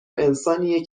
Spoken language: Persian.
انسانیه